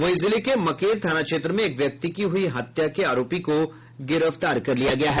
वहीं जिले के मकेर थाना क्षेत्र में एक व्यक्ति की हुयी हत्या के आरोपी को गिरफ्तार कर लिया गया है